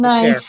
Nice